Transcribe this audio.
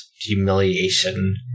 humiliation